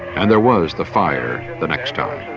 and there was the fire the next time,